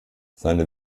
seine